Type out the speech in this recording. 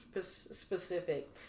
specific